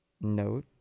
note